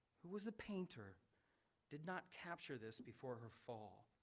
who was a painter did not capture this before her fall.